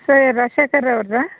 sir Rajashekar ಅವರಾ